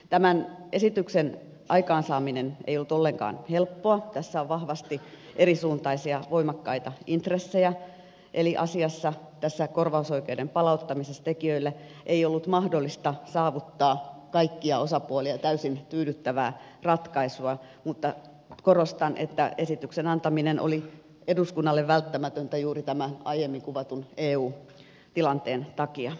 tämän esityksen aikaansaaminen ei ollut ollenkaan helppoa tässä on vahvasti erisuuntaisia voimakkaita intressejä eli asiassa korvausoikeuden palauttamisessa tekijöille ei ollut mahdollista saavuttaa kaikkia osapuolia täysin tyydyttävää ratkaisua mutta korostan että esityksen antaminen oli eduskunnalle välttämätöntä juuri tämän aiemmin kuvatun eu tilanteen takia